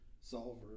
solver